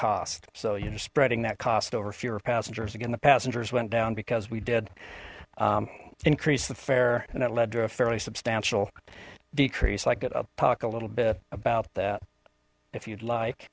cost so you're spreading that cost over fewer passengers again the passengers went down because we did increase the fare and it led to a fairly substantial decrease i could talk a little bit about that if you'd like